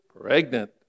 pregnant